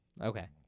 Okay